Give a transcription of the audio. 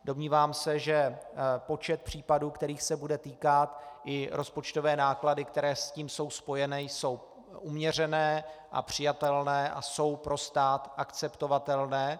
Domnívám se, že počet případů, kterých se bude týkat, i rozpočtové náklady, které s tím jsou spojené, jsou uměřené a přijatelné a jsou pro stát akceptovatelné.